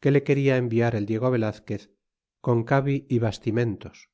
que le quena enviar el diego velazquez con cabi y bastimentos